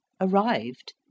arrived